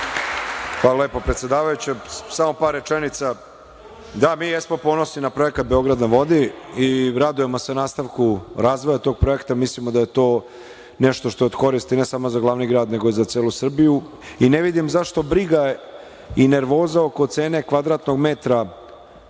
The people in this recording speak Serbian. Hvala lepo, predsedavajuća. Samo par rečenica. Da, mi jesmo ponosni na projekat „Beograd na vodi“ i radujemo se nastavku razvoja tog projekta. Mislimo da je to nešto što je od koristi ne samo za glavni grad, nego za celu Srbiju i ne vidim zašto briga i nervoza oko cene kvadratnog metra